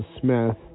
Smith